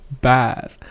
bad